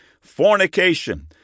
fornication